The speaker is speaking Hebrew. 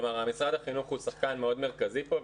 כלומר, משרד החינוך הוא שחקן מאוד מרכזי פה.